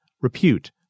repute